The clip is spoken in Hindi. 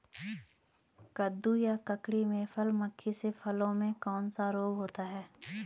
कद्दू या ककड़ी में फल मक्खी से फलों में कौन सा रोग होता है?